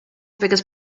biggest